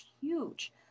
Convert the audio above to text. huge